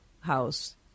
house